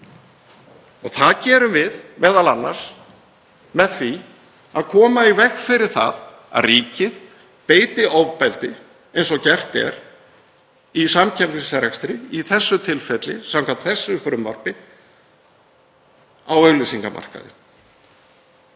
Það gerum við m.a. með því að koma í veg fyrir það að ríkið beiti ofbeldi eins og gert er í samkeppnisrekstri, í þessu tilfelli samkvæmt þessu frumvarpi á auglýsingamarkaði.